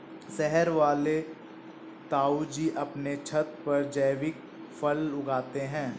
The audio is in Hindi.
शहर वाले ताऊजी अपने छत पर जैविक फल उगाते हैं